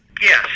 yes